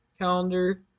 calendar